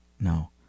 No